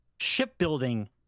shipbuilding